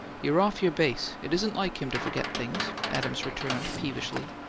you're off your base it isn't like him to forget things, adams returned, peevishly.